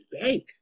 bank